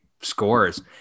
scores